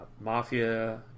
Mafia